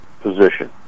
position